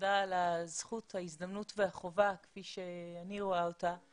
לפי סעיף 109 לתקנון הכנסת אני מעמיד להצבעה את